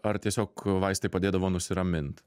ar tiesiog vaistai padėdavo nusiramint